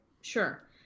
sure